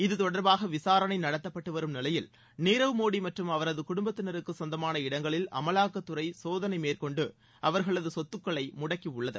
இது தொடர்பாக விசாரணை நடத்தப்பட்டுவரும் நிலையில் நீரவ் மோடி மற்றும் அவரது குடும்பத்தினருக்கு சொந்தமான இடங்களில் அமலாக்கத்துறை சோதனை மேற்கொண்டு அவர்களது சொத்துக்களை முடக்கியுள்ளது